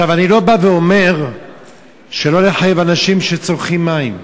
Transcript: אני לא בא ואומר לא לחייב אנשים שצורכים מים,